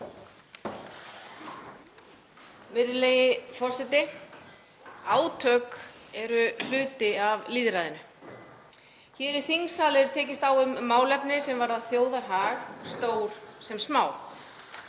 Virðulegi forseti. Átök eru hluti af lýðræðinu. Hér í þingsal er tekist á um málefni sem varða þjóðarhag, stór sem smá.